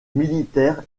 militaire